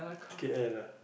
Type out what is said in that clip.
K L ah